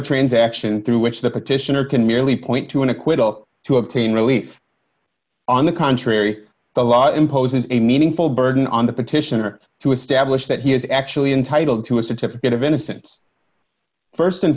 transaction through which the petitioner can merely point to an acquittal to obtain relief on the contrary the law imposes a meaningful burden on the petitioner to establish that he is actually entitled to a certificate of innocence st and